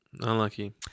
Unlucky